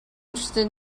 interested